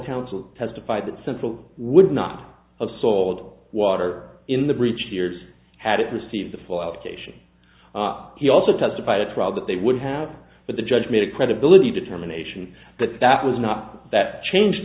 counsel testified that central would not of salt water in the breach two years had it received the full outpatient he also testified at trial that they would have but the judge made a credibility determination that that was not that change